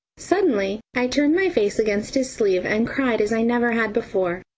suddenly i turned my face against his sleeve and cried as i never had before.